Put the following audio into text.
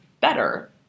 better